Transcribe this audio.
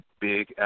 big